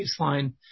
baseline